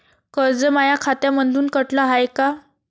कर्ज माया खात्यामंधून कटलं हाय का?